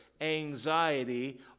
anxiety